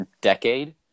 decade